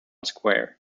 square